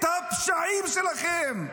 את הפשעים שלכם?